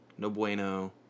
Nobueno